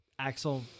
Axel